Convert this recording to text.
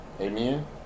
Amen